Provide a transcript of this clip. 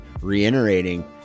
reiterating